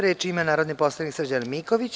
Reč ima narodni poslanik Srđan Miković.